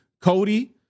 Cody